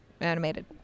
animated